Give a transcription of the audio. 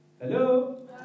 Hello